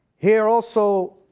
here also